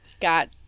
got